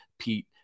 Pete